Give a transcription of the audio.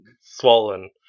swollen